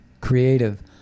creative